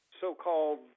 so-called